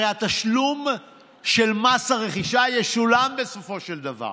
הרי התשלום של מס הרכישה ישולם בסופו של דבר.